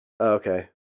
okay